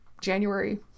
January